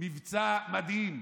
מבצע מדהים.